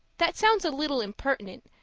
that sounds a little impertinent,